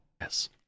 Yes